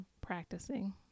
Practicing